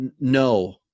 No